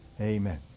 Amen